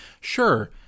Sure